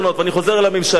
ואני חוזר אל הממשלה.